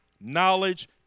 knowledge